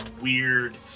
weird